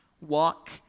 walk